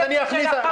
אני אכניס.